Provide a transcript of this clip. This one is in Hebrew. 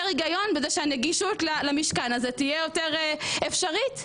הגיון בזה שהנגישות למשכן הזה תהיה יותר אפשרית.